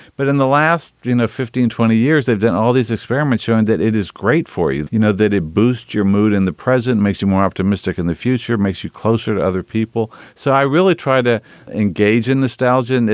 but in the last, you know, fifteen, twenty years, they've done all these experiments showing that it is great for you, you know, that it boosts your mood and the present makes you more optimistic in the future, makes you closer to other people. so i really try to engage in the stallion.